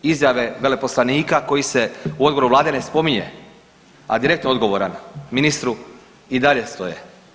Izjave veleposlanika koji se u odgovoru Vlade ne spominje a direktno odgovoran ministru i dalje stoje.